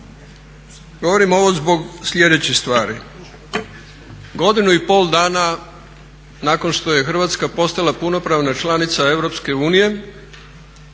Govorim ovo zbog sljedeće stvari, godinu i pol dana nakon što je Hrvatska postala punopravna članica EU